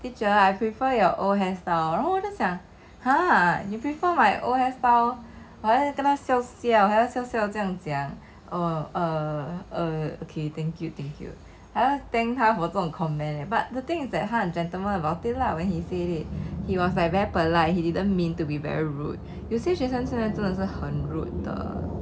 teacher I prefer your old hairstyle 然后我在想 !huh! you prefer my old style 我还跟他笑笑这样讲 uh uh uh okay thank you thank you 还要 thank 他这种 comment but the thing is that 他很 gentleman about it lah when he said it he was like very polite he didn't mean to be very rude 有些学生现在真的是很 rude